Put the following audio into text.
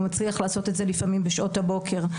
הוא מצליח לעשות את זה לפעמים בשעות הבוקר,